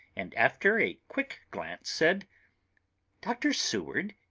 and, after a quick glance, said dr. seward,